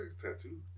tattoo